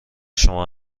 شما